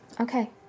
Okay